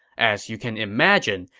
as you can imagine,